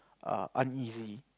err uneasy